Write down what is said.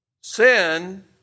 Sin